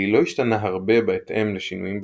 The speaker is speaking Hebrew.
לא השתנה הרבה בהתאם לשינויים בצלילים,